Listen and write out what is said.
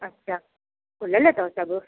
अच्छा खुलियल अथव सभु